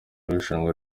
irushanwa